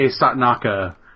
Satnaka